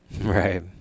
Right